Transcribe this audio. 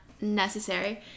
necessary